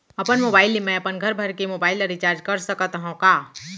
अपन मोबाइल ले मैं अपन घरभर के मोबाइल ला रिचार्ज कर सकत हव का?